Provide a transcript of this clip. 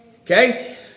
Okay